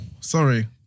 sorry